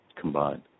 combined